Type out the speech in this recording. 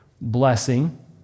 Blessing